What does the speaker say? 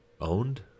owned